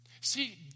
See